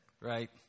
right